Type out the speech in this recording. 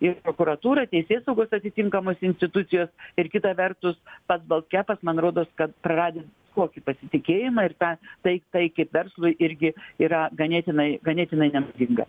ir prokuratūra teisėsaugos atitinkamos institucijos ir kita vertus pats baltkepas man rodos kad praradęs tokį pasitikėjimą ir tą tai tai kaip verslui irgi yra ganėtinai ganėtinai nenaudinga